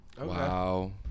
Wow